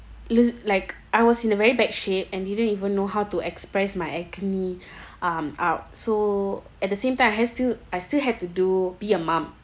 lose like I was in a very bad shape and didn't even know how to express my agony um a~ so at the same time I have still I still have to do be a mum